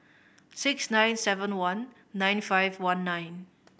six nine seven one nine five one nine